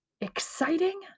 exciting